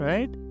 Right